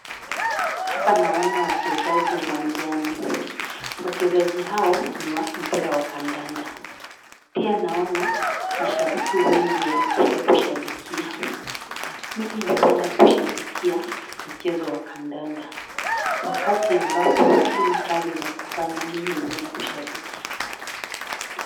Hapa naona wachezaji uwanjani, wachezaji hao ni wa mpira wa kandanda pia naona mashabiki wengi wamekuja kushabikia. Mimi hupenda kushabikia mchezo wa kandanda wakati ambapo sina kazi la kufanya mimi huenda kushabiki.